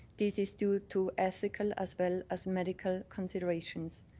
this is due to ethical as well as medical considerations.